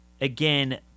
again